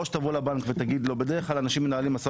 או שיבוא לבנק ותגיד לו - בדרך כלל אנשים מנהלים משא